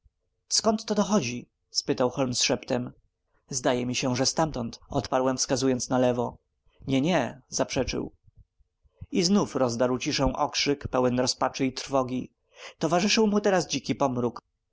skąd to dochodzi spytał holmes szeptem zdaje mi się że ztamtąd odparłem wskazując na lewo nie nie zaprzeczył i znowu rozdarł ciszę okrzyk pełen rozpaczy i trwogi towarzyszył mu teraz dziki pomruk to